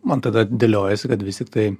man tada dėliojasi kad vis tiktai